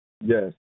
Yes